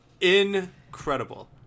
Incredible